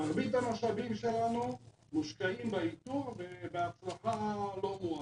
מרבית המשאבים שלנו מושקעים באיתור ובהצלחה לא מועטה.